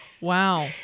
Wow